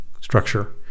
structure